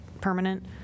permanent